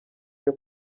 cyo